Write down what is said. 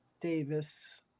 Davis